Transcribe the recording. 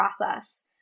process